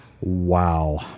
Wow